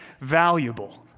valuable